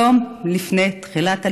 יום לפני תחילת הלימודים,